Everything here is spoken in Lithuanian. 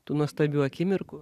tų nuostabių akimirkų